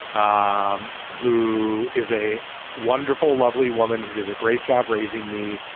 um who is a wonderful, lovely woman who did a great job raising me,